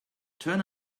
turn